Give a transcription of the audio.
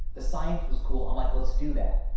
the science was cool. i'm like, let's do that.